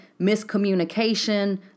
miscommunication